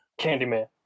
Candyman